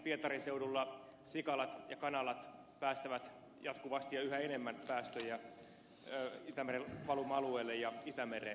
pietarin seudulla sikalat ja kanalat päästävät jatkuvasti ja yhä enemmän päästöjä itämeren valuma alueelle ja itämereen